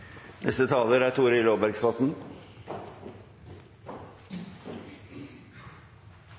Neste taler er